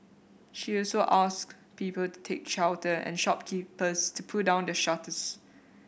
she also asked people to take shelter and shopkeepers to pull down the shutters